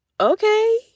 okay